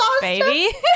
baby